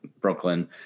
Brooklyn